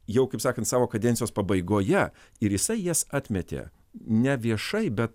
jau kaip sakant savo kadencijos pabaigoje ir jisai jas atmetė ne viešai be